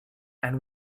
and